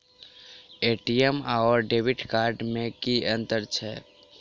ATM आओर debit card मे की अंतर छैक?